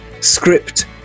script